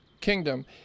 kingdom